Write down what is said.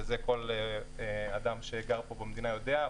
וזה כל אדם שגר פה במדינה יודע,